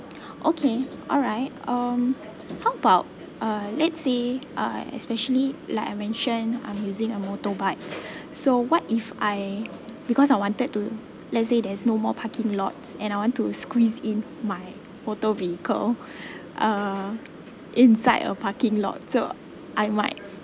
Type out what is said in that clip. okay alright um how about uh let's say uh especially like I mentioned I'm using a motorbike so what if I because I wanted to let's say there's no more parking lots and I want to squeeze in my motor vehicle uh inside a parking lot so I might